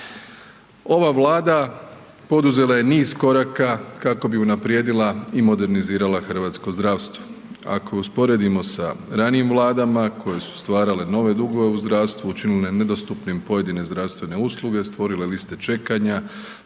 Ova Vlada poduzela je niz koraka kako bi unaprijedila i modernizirala hrvatsko zdravstvo. Ako je usporedimo sa ranijim Vladama koje su stvarale nove dugove u zdravstvu, učinile nedostupnim pojedine zdravstvene usluge, stvorile liste čekanja